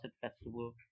Festival